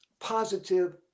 positive